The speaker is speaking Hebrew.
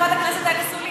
לכל אורך הדרך.